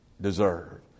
deserve